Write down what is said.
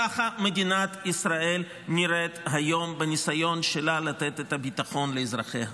ככה מדינת ישראל נראית היום בניסיון שלה לתת את הביטחון לאזרחיה.